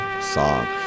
song